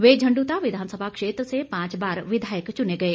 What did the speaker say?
वे झंड्ता विधानसभा क्षेत्र से पांच बार विधायक च्वने गए